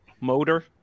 motor